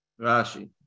Rashi